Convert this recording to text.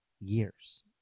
years